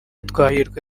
twahirwa